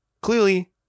Clearly